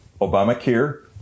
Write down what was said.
Obamacare